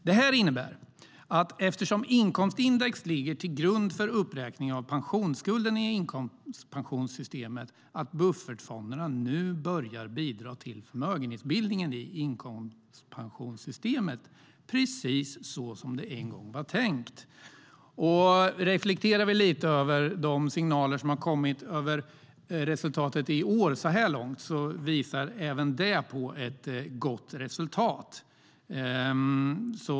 Det här innebär, eftersom inkomstindex ligger till grund för uppräkningen av pensionsskulden i inkomstpensionssystemet, att buffertfonderna nu börjar bidra till förmögenhetsbildningen i inkomstpensionssystemet, precis så som det en gång var tänkt. Om vi reflekterar lite över de signaler som har kommit om resultatet i år så här långt visar även de på ett gott resultat.